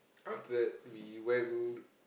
after that we went